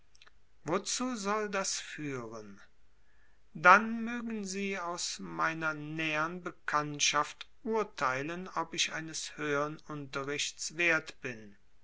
wozu soll das führen dann mögen sie aus meiner nähern bekanntschaft urteilen ob ich eines höhern unterrichts wert bin